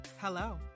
Hello